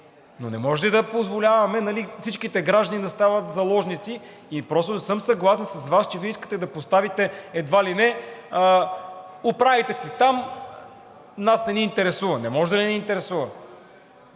но не може да позволяваме всичките граждани да стават заложници. Не съм съгласен с Вас, че Вие искате да поставите едва ли не „Оправяйте се там, нас не ни интересува“. Не може да не ни интересува.